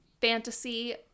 fantasy